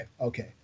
okay